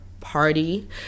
party